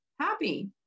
happy